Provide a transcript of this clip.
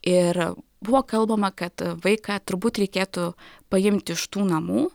ir buvo kalbama kad vaiką turbūt reikėtų paimti iš tų namų